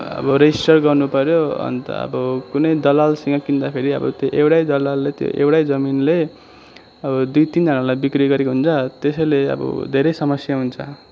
अब रेजिस्टार गर्नुपर्यो अन्त अब कुनै दलालसँग किन्दाखेरि अब त्यो एउटै दलालले त्यो एउटै जमिनले अब दुई तिनजानालाई बिक्री गरेको हुन्छ त्यसैले अब धेरै समस्या हुन्छ